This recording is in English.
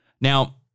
now